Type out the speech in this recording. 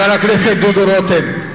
חבר הכנסת דוד רותם,